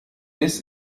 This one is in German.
bis